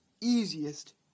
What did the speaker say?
easiest